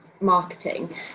marketing